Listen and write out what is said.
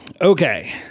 Okay